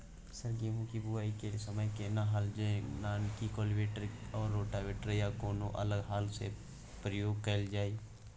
Sir गेहूं के बुआई के समय केना हल जेनाकी कल्टिवेटर आ रोटावेटर या कोनो अन्य हल के प्रयोग कैल जाए?